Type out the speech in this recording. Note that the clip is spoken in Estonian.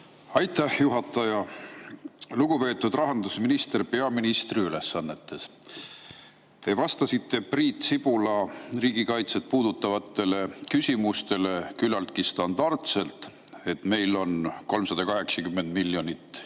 Aitäh, juhataja! Lugupeetud rahandusminister peaministri ülesannetes! Te vastasite Priit Sibula riigikaitset puudutavatele küsimustele küllaltki standardselt, et meil on 380 miljonit plaanis